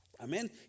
Amen